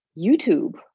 YouTube